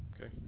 Okay